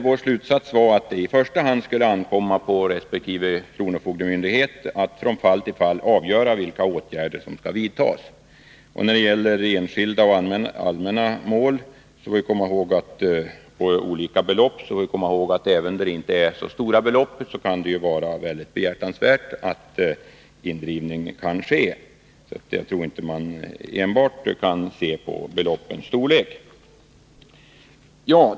Vår slutsats var att det i första hand skulle ankomma på resp. kronofogdemyndighet att från fall till fall avgöra vilka åtgärder som skulle vidtas. När det gäller prioriteringen mellan enskilda och allmänna mål och mellan mål med stora fordringsbelopp och med små fordringsbelopp får vi komma ihåg att det kan vara behjärtansvärt att driva in även ett litet belopp. Jag tror inte att man kan se enbart till beloppets storlek.